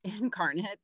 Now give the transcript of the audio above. incarnate